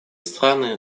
страны